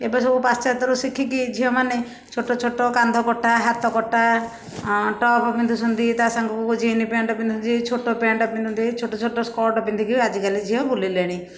ଏବେ ସବୁ ପାଶ୍ଚାତ୍ୟରୁ ଶିଖିକି ଝିଅମାନେ ଛୋଟ ଛୋଟ କାନ୍ଧ କଟା ହାତ କଟା ଟପ୍ ପିନ୍ଧୁଛନ୍ତି ତା' ସାଙ୍ଗକୁ ଜିନ୍ ପ୍ୟାଣ୍ଟ ପିନ୍ଧନ୍ତି ଛୋଟ ପ୍ୟାଣ୍ଟ ପିନ୍ଧନ୍ତି ଛୋଟ ଛୋଟ ସ୍କଟ ପିନ୍ଧିକି ଆଜିକାଲି ଝିଅ ବୁଲିଲେଣି